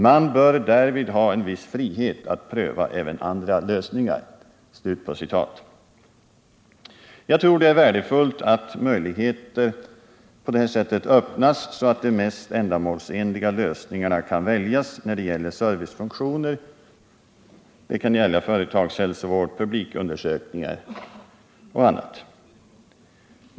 Man bör därvid ha en viss frihet att pröva även andra lösningar.” Jag tror det är värdefullt att möjligheter på det här sättet öppnas så att de mest ändamålsenliga lösningarna kan väljas när det gäller servicefunktioner som företagshälsovård, publikundersökningar m.m.